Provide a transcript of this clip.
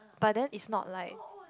but then is not like